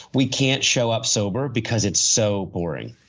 we can't show up sober because it's so boring.